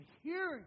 hearing